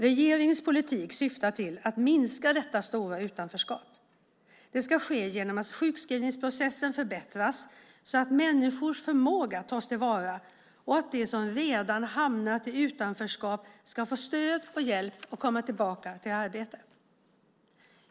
Regeringens politik syftar till att minska detta stora utanförskap. Det ska ske genom att sjukskrivningsprocessen förbättras så att människors förmåga tas till vara och så att de som redan hamnat i utanförskap ska få stöd och hjälp att komma tillbaka i arbete.